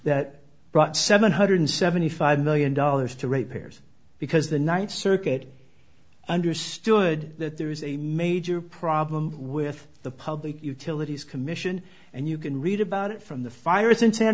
that brought seven hundred seventy five million dollars to ratepayers because the ninth circuit understood that there is a major problem with the public utilities commission and you can read about it from the fires in san